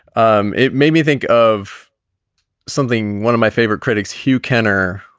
um it made me think of something. one of my favorite critics, hugh kenner,